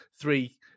three